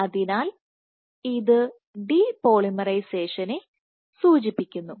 അതിനാൽ ഇത് ഡിപോളിമറൈസേഷനെ സൂചിപ്പിക്കുന്നു